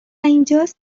اینجاست